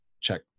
check